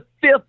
fifth